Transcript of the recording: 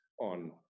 on